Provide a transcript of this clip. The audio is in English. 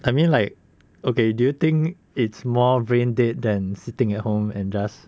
I mean like okay do you think it's more brain dead than sitting at home and just